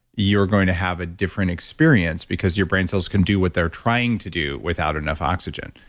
you're going to have a different experience because your brain cells can do what they're trying to do without enough oxygen.